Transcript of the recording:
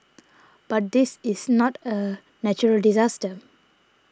but this is not a natural disaster